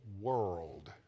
world